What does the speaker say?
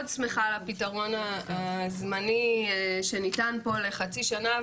שמחה על הפתרון הזמני שניתן פה לחצי שנה,